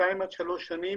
שתיים עד שלוש שנים,